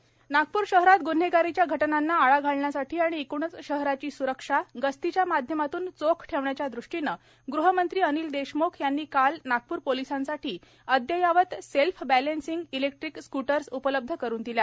अनिल देशम्ख नागप्र शहरात ग्न्हेगारीच्या घटनांना आळा घालण्यासाठी आणि एक्णच शहराची स्रक्षा गस्तीच्या माध्यमातून चोख ठेवण्याच्या दृष्टीने ग्रहमंत्री अनिल देशमुख यांनी काल नागपूर पोलिसांसाठी अद्ययावत सेल्फ बॅलेंसिंग इलेक्ट्रिक स्कूटर उपलब्ध करून दिल्या